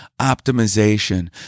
optimization